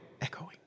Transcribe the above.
Echoing